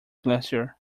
glacier